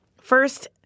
First